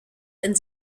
and